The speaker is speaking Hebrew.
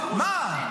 מה?